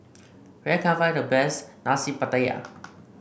where can I find the best Nasi Pattaya